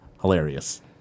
Hilarious